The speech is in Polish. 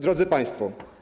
Drodzy Państwo!